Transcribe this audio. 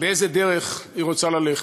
באיזו דרך היא רוצה ללכת: